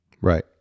Right